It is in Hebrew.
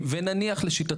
כנראה שהייתי מקבל יותר,